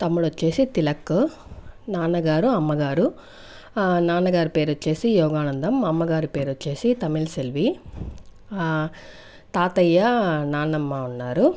తమ్ముడు వచ్చేసి తిలక్ నాన్న గారు అమ్మ గారు నాన్నగారి పేరొచ్చేసి యోగానందం మా అమ్మగారి పేరొచ్చేసి తమిళ్సెల్వి తాతయ్య నాన్నమ్మ ఉన్నారు